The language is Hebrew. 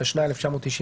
התשנ"ה 1995,